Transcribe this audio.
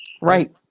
Right